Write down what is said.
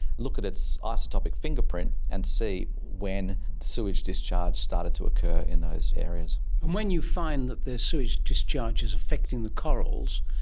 look at its ah isotopic fingerprint and see when sewage discharge started to occur in those areas. and when you find that the sewage discharge is affecting the corals,